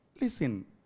Listen